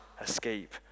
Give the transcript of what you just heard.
escape